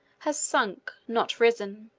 has sunk, not risen.